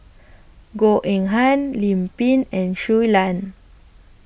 Goh Eng Han Lim Pin and Shui Lan